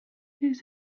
his